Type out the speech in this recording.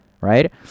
right